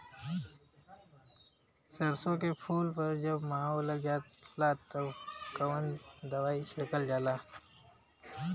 सरसो के फूल पर जब माहो लग जाला तब कवन दवाई छिड़कल जाला?